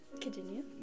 Continue